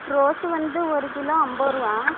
rose ஒரு kilo அம்போதுருவா